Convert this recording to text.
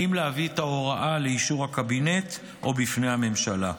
להביא את ההוראה לאישור הקבינט או בפני הממשלה.